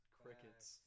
crickets